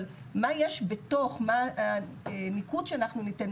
אבל מה יש בתוך הניקוד שאנחנו ניתן,